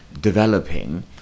developing